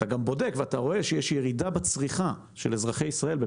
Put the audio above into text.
אנחנו רואים שיש ירידה של 20% בממוצע צריכת ירק ופרי מצד אזרחי ישראל.